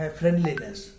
friendliness